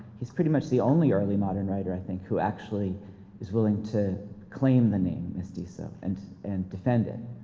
he's pretty much the only early modern writer i think who actually is willing to claim the name mestizo and and defend it.